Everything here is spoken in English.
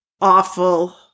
awful